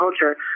culture